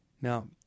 Now